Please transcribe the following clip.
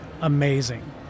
amazing